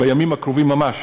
בימים הקרובים ממש